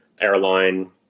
airline